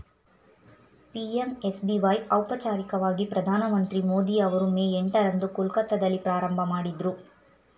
PMSBY ಔಪಚಾರಿಕವಾಗಿ ಪ್ರಧಾನಮಂತ್ರಿ ಮೋದಿ ಅವರು ಮೇ ಎಂಟ ರಂದು ಕೊಲ್ಕತ್ತಾದಲ್ಲಿ ಪ್ರಾರಂಭಮಾಡಿದ್ರು